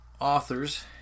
authors